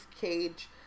cage